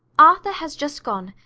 arthur has just gone,